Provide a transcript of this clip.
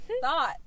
thought